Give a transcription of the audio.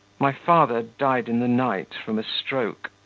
my father died in the night from a stroke.